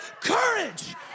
courage